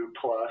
plus